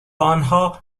آنها